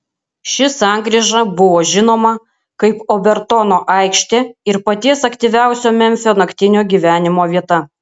ši sankryža buvo žinoma kaip obertono aikštė ir paties aktyviausio memfio naktinio gyvenimo vieta